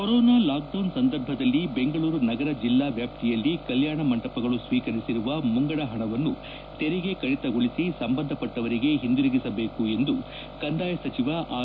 Covid lockdown ಸಂದರ್ಭದಲ್ಲಿ ಬೆಂಗಳೂರು ನಗರ ಜಿಲ್ಲಾ ವ್ಯಾಪ್ತಿಯಲ್ಲಿ ಕಲ್ಕಾಣ ಮಂಟಪಗಳು ಸ್ವೀಕರಿಸಿರುವ ಮುಂಗಡ ಹಣವನ್ನು ತೆರಿಗೆ ಕಡಿತಗೊಳಿಸಿ ಅದನ್ನು ಸಂಬಂಧಪಟ್ಟವರಿಗೆ ಹಿಂದಿರುಗಿಸಬೇಕು ಎಂದು ಕಂದಾಯ ಸಚಿವ ಆರ್